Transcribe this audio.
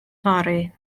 fory